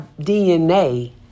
DNA